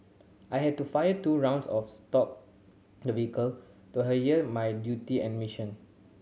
I had to fire two rounds of stop the vehicle to adhere to my duty and mission